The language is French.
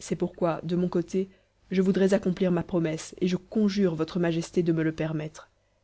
c'est pourquoi de mon côté je voudrais accomplir ma promesse et je conjure votre majesté de me le permettre